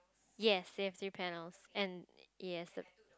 yes they have three panels and yes